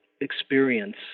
experience